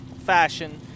fashion